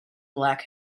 black